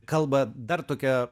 kalba dar tokia